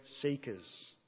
seekers